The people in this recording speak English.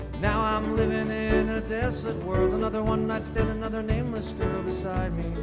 now i'm living in a desolate world another one night stand, another nameless girl beside me